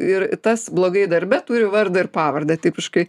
ir tas blogai darbe turi vardą ir pavardę tipiškai